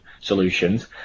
solutions